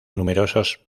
numerosos